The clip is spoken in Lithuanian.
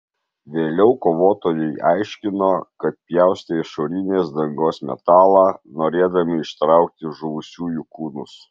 vėliau kovotojai aiškino kad pjaustė išorinės dangos metalą norėdami ištraukti žuvusiųjų kūnus